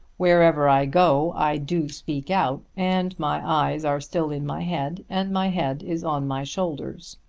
wherever i go i do speak out, and my eyes are still in my head and my head is on my shoulders.